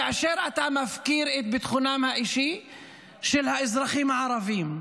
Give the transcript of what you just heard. כאשר אתה מפקיר את ביטחונם האישי של האזרחים הערבים,